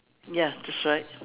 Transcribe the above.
ya that's right